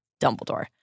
Dumbledore